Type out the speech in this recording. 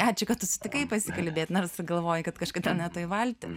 ačiū kad susitikai pasikalbėti nors ir galvoji kad kažkodėl ne toj valty